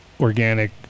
organic